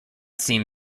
seem